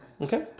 Okay